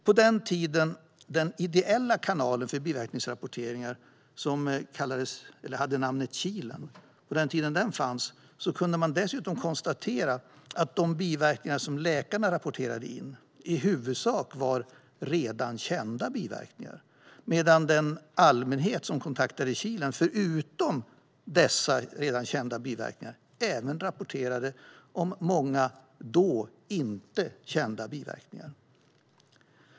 På den tid den ideella kanalen för biverkningsrapporteringar, som hade namnet Kilen, fanns kunde man dessutom konstatera att de biverkningar som läkarna rapporterade in i huvudsak var redan kända biverkningar, medan den allmänhet som kontaktade Kilen förutom dessa redan kända biverkningar rapporterade om många då inte kända biverkningar.